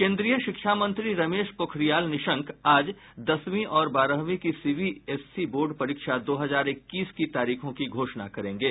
केन्द्रीय शिक्षा मंत्री रमेश पोखरियाल निशंक आज दसवीं और बारहवीं की सीबीएसई बोर्ड परीक्षा दो हजार इक्कीस की तारीखों की घोषणा करेंगे